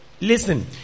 listen